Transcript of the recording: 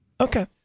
Okay